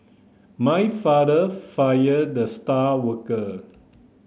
my father fired the star worker